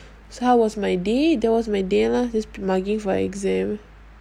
so how was my day that was my day lah just mugging for exams